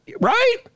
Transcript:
Right